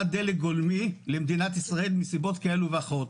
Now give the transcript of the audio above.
דלק גולמי למדינת ישראל מסיבות כאלה ואחרות,